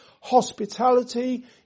hospitality